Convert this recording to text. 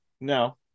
No